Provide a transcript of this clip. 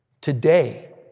Today